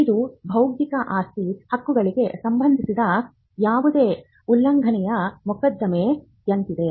ಇದು ಬೌದ್ಧಿಕ ಆಸ್ತಿ ಹಕ್ಕುಗಳಿಗೆ ಸಂಬಂಧಿಸಿದ ಯಾವುದೇ ಉಲ್ಲಂಘನೆಯ ಮೊಕದ್ದಮೆಯಂತಿದೆ